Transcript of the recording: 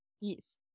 Yes